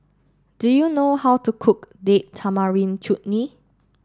do you know how to cook Date Tamarind Chutney